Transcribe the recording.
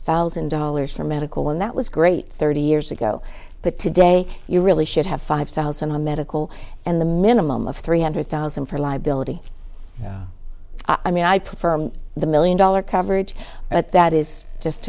thousand dollars for medical one that was great thirty years ago but today you really should have five thousand the medical and the minimum of three hundred thousand for liability i mean i prefer the million dollar coverage but that is just